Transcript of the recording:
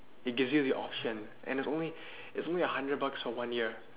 it gives you the option and there's only there's only a hundred bucks for one year